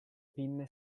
pinne